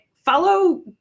Follow